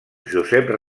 josep